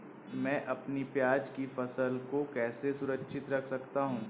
मैं अपनी प्याज की फसल को कैसे सुरक्षित रख सकता हूँ?